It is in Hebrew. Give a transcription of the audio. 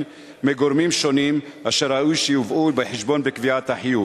מגורמים שונים אשר ראוי שיובאו בחשבון בקביעת החיוב.